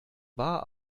war